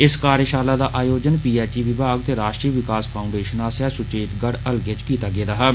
इस कार्जषाला दा आयोजन पी एच ई विभाग ते राश्ट्रीय विकास फाऊडेषन आस्सेआ सुचेतगढ़ हल्के च कीता गेदा हा